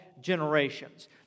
generations